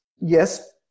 yes